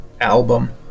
album